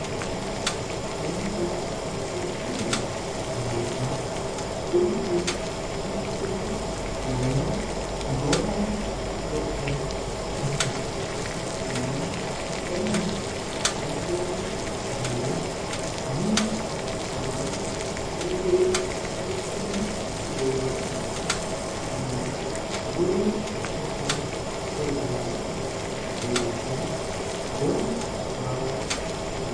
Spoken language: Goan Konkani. एका पांताक इस्त्री मारपाक पोइली इस्त्री लाऊन गोरम कोरचे पडता। आणि पांत सोकळा घालून नेअर पोंना टीचर इस्त्री दोव्रची आणि वोइर सोंकळा कोर्पाचे जितुतल्यां गोरम वरो